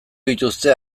dituzte